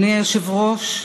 אדוני היושב-ראש,